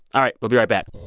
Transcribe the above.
all right. we'll be right back